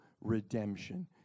redemption